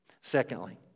Secondly